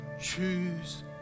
Choose